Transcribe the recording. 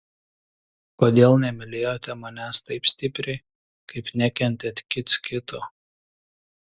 kodėl nemylėjote manęs taip stipriai kaip nekentėt kits kito